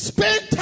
Spend